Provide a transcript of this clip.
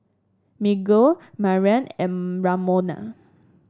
Miguel Mariann and Ramona